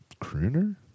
crooner